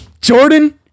jordan